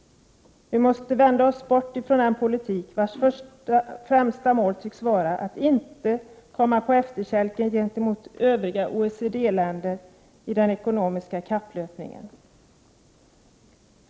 Vi måste vända oss bort från en politik vars främsta mål tycks vara att inte komma på efterkälken gentemot övriga OECD-länder i den ekonomiska kapplöpningen.